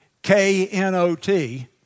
K-N-O-T